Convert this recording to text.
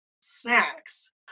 snacks